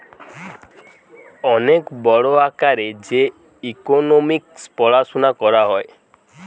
অনেক বড় আকারে যে ইকোনোমিক্স পড়াশুনা করা হয়